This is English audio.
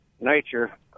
nature